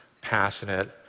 passionate